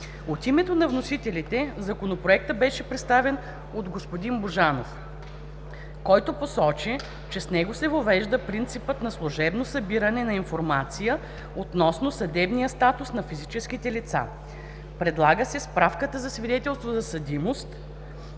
От името на вносителите Законопроектът беше представен от господин Божанов, който посочи, че с него се въвежда принципът на служебно събиране на информация относно съдебния статус на физическите лица. Предлага се справката за свидетелството за съдимост